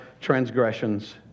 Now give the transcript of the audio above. transgressions